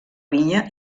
vinya